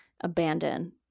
abandon